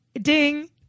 Ding